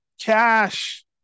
cash